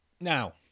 now